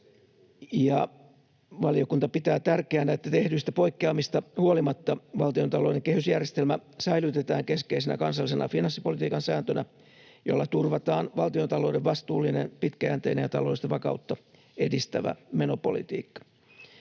Valiokunta pitää tärkeänä, että tehdyistä poikkeamista huolimatta valtiontalouden kehysjärjestelmä säilytetään keskeisenä kansallisena finanssipolitiikan sääntönä, jolla turvataan valtiontalouden vastuullinen, pitkäjänteinen ja taloudellista vakautta edistävä menopolitiikka.